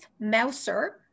mouser